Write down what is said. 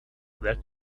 that